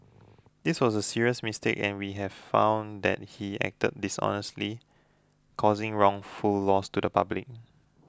this was a serious mistake and we have found that he acted dishonestly causing wrongful loss to the public